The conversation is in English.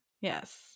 Yes